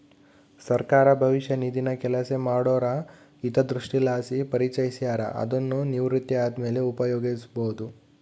ಸರ್ಕಾರ ಭವಿಷ್ಯ ನಿಧಿನ ಕೆಲಸ ಮಾಡೋರ ಹಿತದೃಷ್ಟಿಲಾಸಿ ಪರಿಚಯಿಸ್ಯಾರ, ಅದುನ್ನು ನಿವೃತ್ತಿ ಆದ್ಮೇಲೆ ಉಪಯೋಗ್ಸ್ಯಬೋದು